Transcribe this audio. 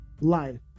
life